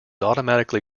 automatically